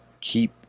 keep